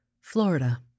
Florida